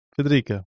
Federica